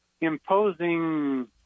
imposing